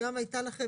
הייתה לכם